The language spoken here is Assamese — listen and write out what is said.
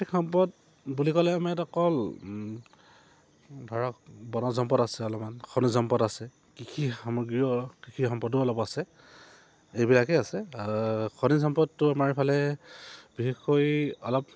প্ৰাকৃতিক সম্পদ বুলি ক'লে আমি ইয়াত অকল ধৰক বনজ সম্পদ আছে অলপমান খনিজ সম্পদ আছে কৃষি সামগ্ৰীও কৃষি সম্পদো অলপ আছে এইবিলাকেই আছে খনিজ সম্পদটো আমাৰ ইফালে বিশেষকৈ অলপ